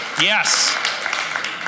Yes